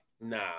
nah